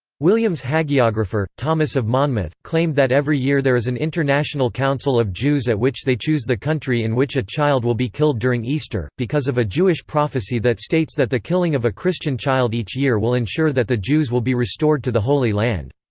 william's hagiographer, thomas of monmouth, claimed that every year there is an international council of jews at which they choose the country in which a child will be killed during easter, because of a jewish prophecy that states that the killing of a christian child each year will ensure that the jews will be restored to the holy land.